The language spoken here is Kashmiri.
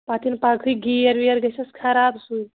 پَتہٕ ییٚلہِ پَگہٕے گیر ویر گژھیٚس خراب سُے